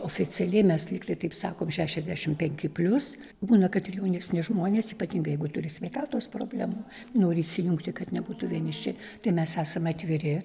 oficialiai mes lygtai taip sakom šešiasdešim penki plius būna kad ir jaunesni žmonės ypatingai jeigu turi sveikatos problemų nori įsijungti kad nebūtų vieniši tai mes esam atviri